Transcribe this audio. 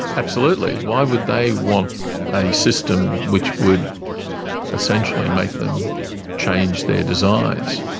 absolutely. why would they want a system which would essentially make them change their designs?